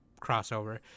crossover